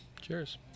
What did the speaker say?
cheers